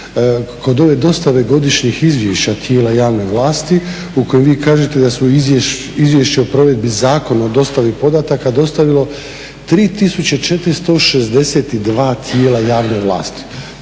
Kod ove dostave godišnjih izvješća tijela javne vlasti u kojim vi kažete da su izvješće o provedbi Zakona o dostavi podataka dostavilo 3462 tijela javne vlasti.